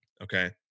okay